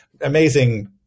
amazing